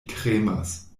tremas